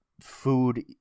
food